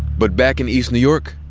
but back in east new york,